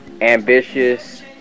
ambitious